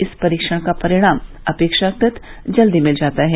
इस परीक्षण का परिणाम अपेक्षाकृत जल्दी मिल जाता है